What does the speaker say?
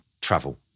travel